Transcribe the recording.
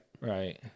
Right